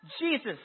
jesus